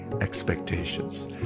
expectations